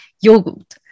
yogurt